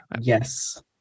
Yes